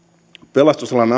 pelastusalan